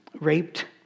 raped